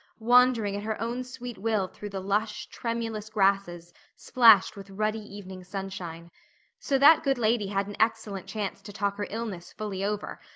wandering at her own sweet will through the lush, tremulous grasses splashed with ruddy evening sunshine so that good lady had an excellent chance to talk her illness fully over,